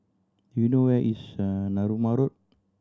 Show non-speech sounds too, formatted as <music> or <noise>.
do you know where is <hesitation> Narooma Road